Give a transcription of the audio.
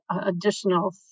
additional